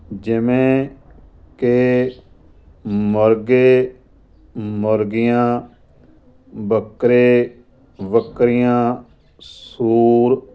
ਜਿਵੇਂ ਕਿ ਮੁਰਗੇ ਮੁਰਗੀਆਂ ਬੱਕਰੇ ਬੱਕਰੀਆਂ ਸੂਰ